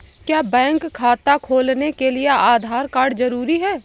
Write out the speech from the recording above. क्या बैंक खाता खोलने के लिए आधार कार्ड जरूरी है?